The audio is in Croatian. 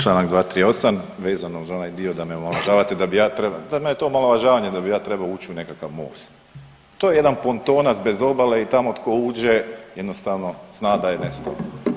Čl. 238., vezano uz onaj dio da me omalovažavate da bi ja trebao, za mene je to omalovažavanje, da bi ja trebao uć u nekakav Most, to je jedan puntonac bez obale i tamo tko uđe jednostavno zna da je nestao.